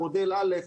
מודל א',